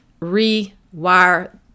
rewire